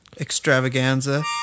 extravaganza